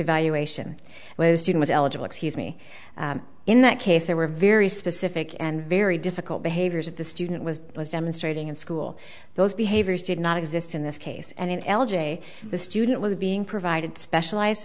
evaluation was doing was eligible excuse me in that case there were very specific and very difficult behaviors that the student was was demonstrating in school those behaviors did not exist in this case and in l j the student was being provided specialized